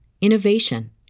innovation